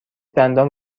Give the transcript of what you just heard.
دندان